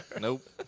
Nope